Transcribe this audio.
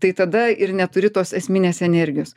tai tada ir neturi tos esminės energijos